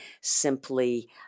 simply